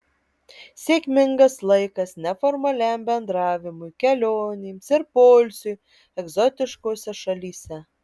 sėkmingas laikas neformaliam bendravimui kelionėms ir poilsiui egzotiškose šalyse